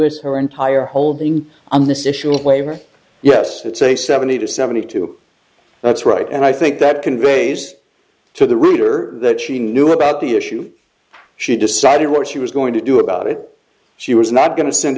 is her entire holding on this issue of labor yes it's a seventy to seventy two that's right and i think that conveys to the reader that she knew about the issue she decided what she was going to do about it she was not going to send